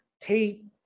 tape